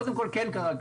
קודם כול כן קרה.